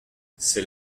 ces